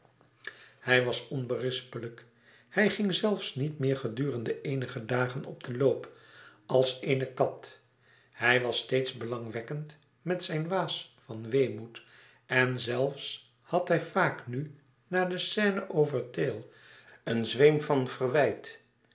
hij was onberispelijk hij ging zelfs niet meer gedurende eenige dagen op den loop als eene kat hij was steeds belangwekkend met zijn waas van weemoed en zelfs had hij vaak nu na de scène over tayle een zweem van verwijt